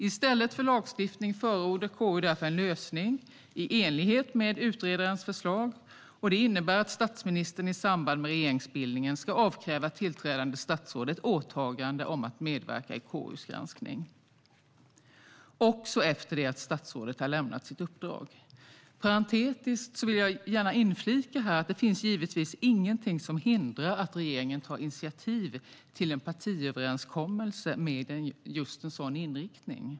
I stället för lagstiftning förordar KU därför en lösning i enlighet med utredarens förslag, och det innebär att statsministern i samband med regeringsbildningen ska avkräva tillträdande statsråd ett åtagande om att medverka i KU:s granskning också efter det att statsrådet har lämnat sitt uppdrag. Parentetiskt vill jag gärna inflika att det givetvis inte finns någonting som hindrar att regeringen tar initiativ till en partiöverenskommelse med just en sådan inriktning.